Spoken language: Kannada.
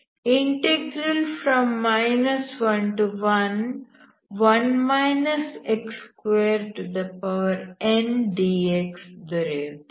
11ndx ದೊರೆಯುತ್ತದೆ